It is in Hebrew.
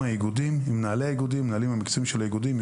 מנהלי האיגודים,